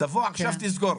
'תבוא עכשיו תסגור'.